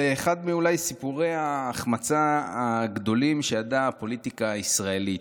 אחד אולי מסיפורי ההחמצה הגדולים שידעה הפוליטיקה הישראלית.